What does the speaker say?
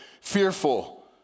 fearful